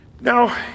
Now